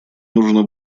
нужна